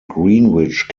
greenwich